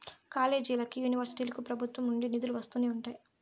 కాలేజీలకి, యూనివర్సిటీలకు ప్రభుత్వం నుండి నిధులు వస్తూనే ఉంటాయి